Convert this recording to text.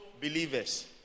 believers